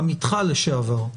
עמיתך לשעבר.